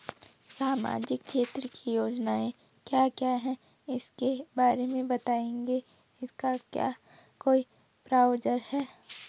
सामाजिक क्षेत्र की योजनाएँ क्या क्या हैं उसके बारे में बताएँगे इसका क्या कोई ब्राउज़र है?